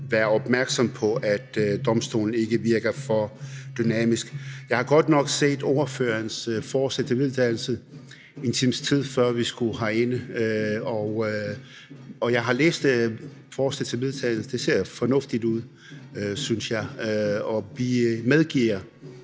være opmærksomme på, at domstolen ikke virker for dynamisk. Jeg har godt nok læst ordførerens forslag til vedtagelse, en times tid før vi skulle herind, og det ser fornuftigt ud, synes jeg, og vi er